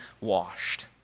washed